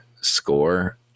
score